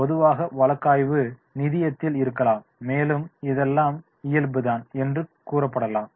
பொதுவாக வழக்காய்வு நிதியத்தில் இருக்கலாம் மேலும் இதெல்லாம் இயல்பு தான் என்று கூறப்படலாம்